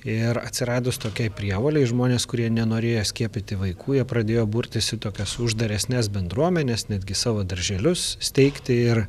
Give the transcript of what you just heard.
ir atsiradus tokiai prievolei žmonės kurie nenorėjo skiepyti vaikų jie pradėjo burtis į tokias uždaresnes bendruomenes netgi savo darželius steigti ir